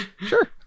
sure